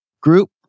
Group